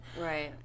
right